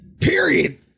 Period